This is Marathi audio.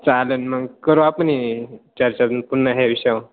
चालेल मग करू आपण चर्चा पुन्हा ह्या विषयावर